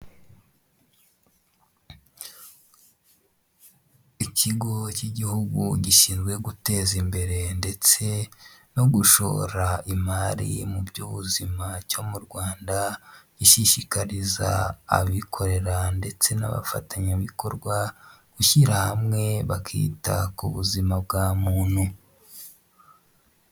Ikigo cy'igihugu gishinzwe guteza imbere ndetse no gushora imari mu by'ubuzima cyo mu rwanda, gishishikariza abikorera ndetse n'abafatanyabikorwa gushyira hamwe bakita ku buzima bwa muntu.